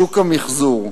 שוק המיחזור.